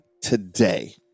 today